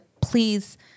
please